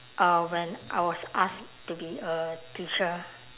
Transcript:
uh when I was asked to be a teacher